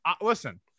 Listen